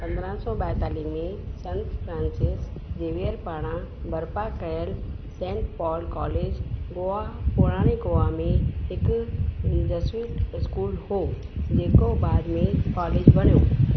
पंद्रहं सौ ॿाएतालीह में संत फ्रांसिस ज़ेवियर पारां बरिपा कयलु सेंट पॉल कॉलेज गोवा पुराणे गोवा में हिकु जसुइट स्कूल हुओ जेको बाद में कॉलेज बणियो